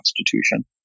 constitution